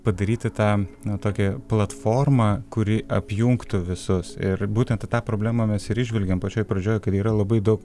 padaryti tą na tokią platformą kuri apjungtų visus ir būtent tą problemą mes ir įžvelgėm pačioj pradžioj kad yra labai daug